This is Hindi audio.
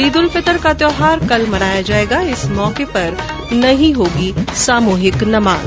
ईद उल फितर का त्योहार कल मनाया जाएगा इस मौके पर नहीं होगी सामूहिक नमाज